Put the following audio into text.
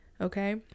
okay